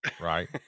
right